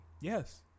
Yes